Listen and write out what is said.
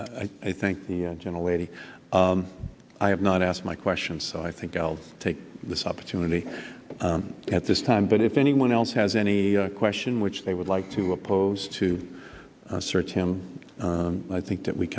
i think the gentle lady i have not asked my question so i think i'll take this opportunity at this time but if anyone else has any question which they would like to oppose to search him i think that we